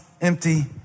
empty